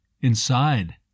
inside